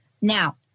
Now